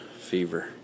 fever